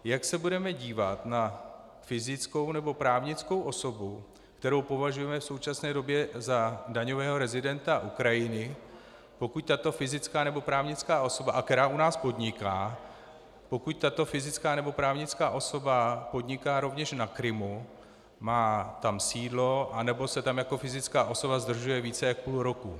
Jak se budeme dívat na fyzickou nebo právnickou osobu, kterou považujeme v současné době za daňového rezidenta Ukrajiny, pokud tato fyzická nebo právnická osoba, a která u nás podniká, pokud tato fyzická nebo právnická osoba podniká rovněž na Krymu, má tam sídlo anebo se tam jako fyzická osoba zdržuje více než půl roku?